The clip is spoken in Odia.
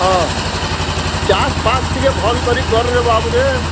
ହଁ ଚାଷ୍ ଫାସ୍ ଟିକେ ଭଲ୍ କରି କର୍ରେ ବାବୁରେ